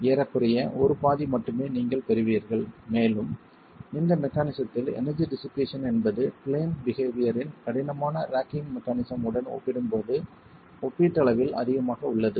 ஏறக்குறைய ஒரு பாதி மட்டுமே நீங்கள் பெறுவீர்கள் மேலும் இந்த மெக்கானிஸத்தில் எனர்ஜி டிஷ்ஷிபேசன் என்பது பிளேன் பிஹேவியர் இன் கடினமான ராக்கிங் மெக்கானிஸம் உடன் ஒப்பிடும்போது ஒப்பீட்டளவில் அதிகமாக உள்ளது